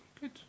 Good